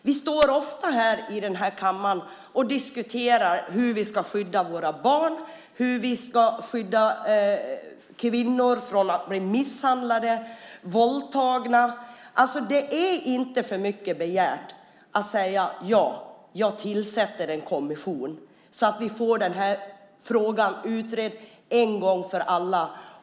Vi står ofta i den här kammaren och diskuterar hur vi ska skydda våra barn och hur vi ska skydda kvinnor från att bli misshandlade och våldtagna. Det är inte för mycket begärt att säga: Ja, jag tillsätter en kommission så att vi får den här frågan utredd en gång för alla.